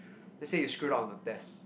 let's say you screwed up on a test